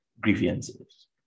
grievances